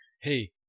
hey